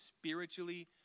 spiritually